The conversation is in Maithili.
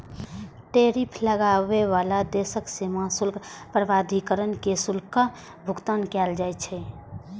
टैरिफ लगाबै बला देशक सीमा शुल्क प्राधिकरण कें शुल्कक भुगतान कैल जाइ छै